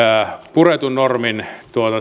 puretun normin